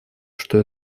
что